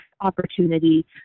opportunity